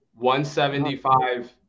$175